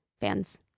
fans